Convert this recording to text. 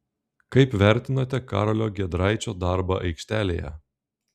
kaip vertinate karolio giedraičio darbą aikštelėje